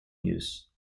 use